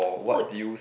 food